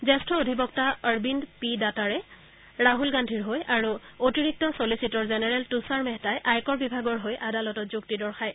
জ্যেষ্ঠ অধিবক্তা অৰবিন্দ পি দাতাৰে ৰাহুল গান্ধীৰ হৈ আৰু অতিৰিক্ত ছলিচিটৰ জেনেৰল তুষাৰ মেহতাই আয়কৰ বিভাগৰ হৈ আদালতত যুক্তি দৰ্শায়